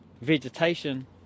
vegetation